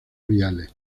viale